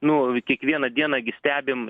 nu kiekvieną dieną gi stebim